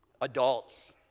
Adults